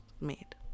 made